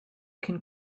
can